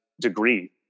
degree